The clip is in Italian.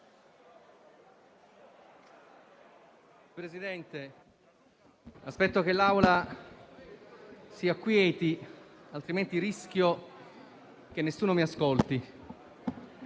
Presidente, aspetto che l'Assemblea si acquieti, altrimenti rischio che nessuno mi ascolti.